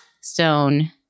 Stone